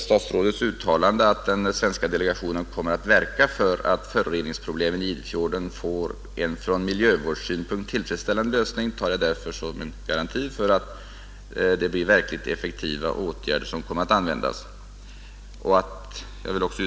Statsrådets uttalande, att den svenska delegationen kommer att verka för att föroreningsproblemen i Idefjorden får en från miljövårdssynpunkt tillfredsställande lösning, tar jag därför som en garanti för att verkligt effektiva åtgärder kommer att vidtas.